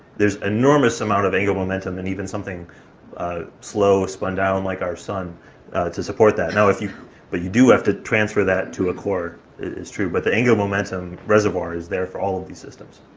there's enormous amount of angular momentum in even something slow, spun down like our sun to support that. now if you but you do have to transfer that to a core, it is true, but the angular momentum reservoir is there for all of these systems.